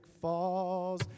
falls